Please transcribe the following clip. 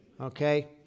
Okay